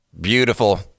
Beautiful